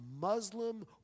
Muslim